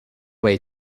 way